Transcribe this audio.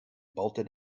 bolted